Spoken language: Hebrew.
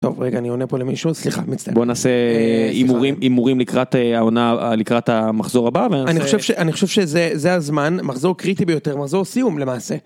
טוב רגע אני עונה פה למישהו סליחה מצטער בוא נעשה הימורים הימורים לקראת העונה לקראת המחזור הבא ואני חושב שאני חושב שזה זה הזמן מחזור קריטי ביותר מחזור סיום למעשה